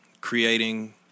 creating